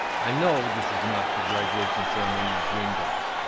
i know this is not the graduation ceremony you dreamed of.